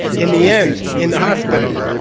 in the end, in the hospital,